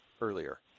earlier